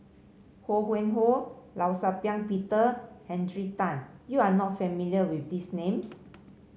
Ho Yuen Hoe Law Shau Ping Peter Henry Tan you are not familiar with these names